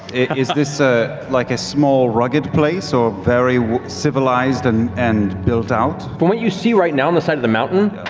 is this ah like a small, rugged place or very civilized and and built out? matt but what you see right now on the side of the mountain,